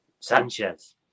Sanchez